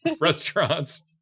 Restaurants